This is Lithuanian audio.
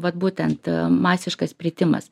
vat būtent a masiškas pritimas